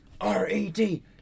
R-E-D